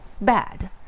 bad